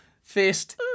fist